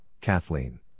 Kathleen